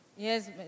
Yes